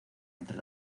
entre